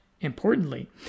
importantly